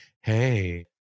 hey